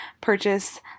purchase